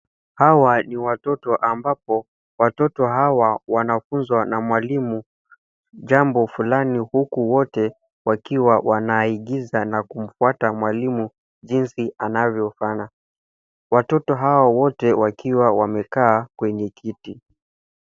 Hawa ni watoto ambapo watoto hawa wanafunzwa na mwalimu jambo fulani huku wote wakiwa wanaigiza na kumfuata mwalimu jinsi anavyofanya watoto hawa wote wakiwa wamekaa kwenye kiti.